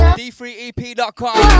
d3ep.com